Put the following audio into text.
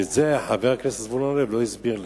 את זה חבר הכנסת זבולון אורלב לא הסביר לי.